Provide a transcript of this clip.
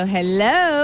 Hello